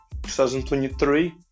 2023